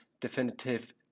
Definitive